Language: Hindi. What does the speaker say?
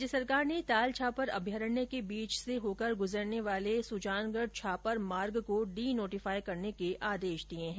राज्य सरकार ने तालछापर अभयारण्य के बीच से होकर गुजरने वाले सुजानगढ़ छापर मार्ग को डि नोटिफाई करने के आदेश दिए हैं